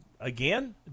again